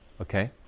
Okay